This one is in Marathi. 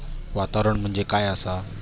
वातावरण म्हणजे काय आसा?